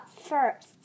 first